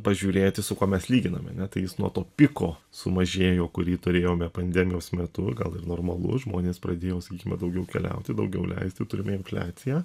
pažiūrėti su kuo mes lyginame ne tai jis nuo to piko sumažėjo kurį turėjome pandemijos metu gal ir normalu žmonės pradėjo sakykime daugiau keliauti daugiau leisti turime infliaciją